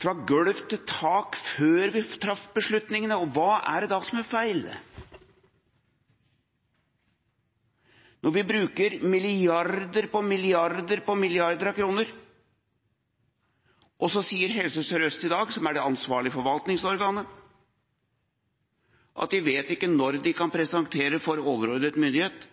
fra gulv til tak – før vi traff beslutningene, og hva er det da som er feil? Når vi bruker milliarder på milliarder på milliarder av kroner, og så sier Helse Sør-Øst, som er det ansvarlige forvaltningsorganet, i dag at de ikke vet når de kan presentere for overordnet myndighet